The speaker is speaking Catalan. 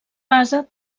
base